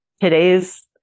today's